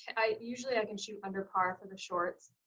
i usually i can shoot under par for the shorts,